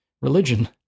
religion